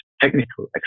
technical